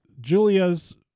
Julia's